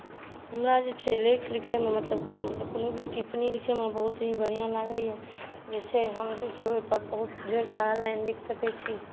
हमरा जे छै लेख लिखैमे मतलब कोनो भी टिप्पणी लिखैमे बहुत ही बढ़िऑं लागैया जे छै हम जे छै ओहि पर बहुत ढ़ेर सारा लाइन लिख सकै छी